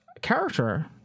character